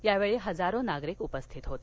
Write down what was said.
यावेळी हजारो नागरिक उपस्थित होते